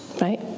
right